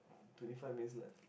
twenty five minutes left